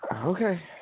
Okay